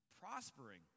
Prospering